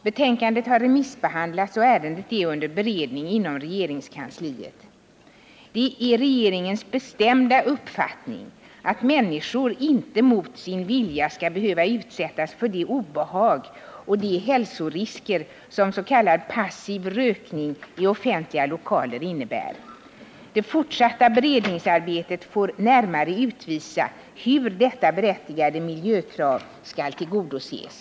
Betänkandet har remissbehandlats, och ärendet är under beredning inom regeringskansliet. Det är regeringens bestämda uppfattning att människor inte mot sin vilja skall behöva utsättas för de obehag och de hälsorisker som s.k. passiv rökning i offentliga lokaler innebär. Det fortsatta beredningsarbetet får närmare utvisa hur detta berättigade miljökrav skall tillgodoses.